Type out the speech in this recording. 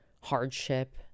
hardship